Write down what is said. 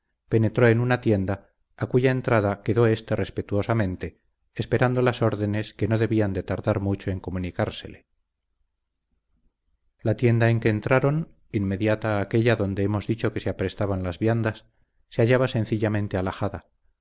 penetró en una tienda a cuya entrada quedó éste respetuosamente esperando las órdenes que no debían de tardar mucho en comunicársele la tienda en que entraron inmediata a aquélla donde hemos dicho que se aprestaban las viandas se hallaba sencillamente alhajada